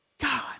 God